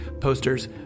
posters